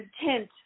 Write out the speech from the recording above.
intent